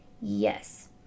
Yes